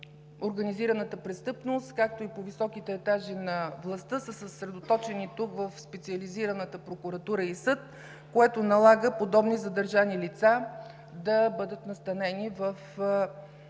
организираната престъпност, както и по високите етажи на властта, са съсредоточени тук, в Специализираната прокуратура и съд, което налага подобни задържани лица да бъдат настанени в софийските